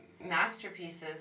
masterpieces